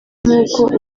nk’uko